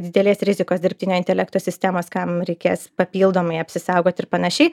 didelės rizikos dirbtinio intelekto sistemos kam reikės papildomai apsisaugoti ir panašiai